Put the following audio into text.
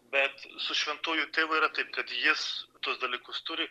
bet su šventuoju tėvu yra taip kad jis tuos dalykus turi